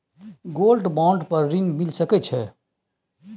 Gold bond पर ऋण मिल सके छै?